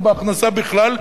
ובהכנסה בכלל,